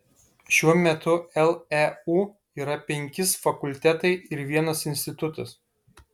šiuo metu leu yra penkis fakultetai ir vienas institutas